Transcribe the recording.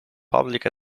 public